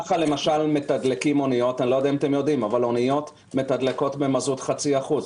ככה מתדלקים אוניות למשל הן מתדלקות במזוט חצי אחוז.